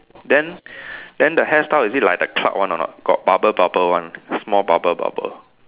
then then the hairstyle is it like the cloud one or not got bubble bubble one small bubble bubble